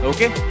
Okay